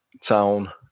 town